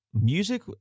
Music